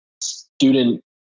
student